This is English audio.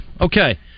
okay